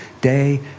day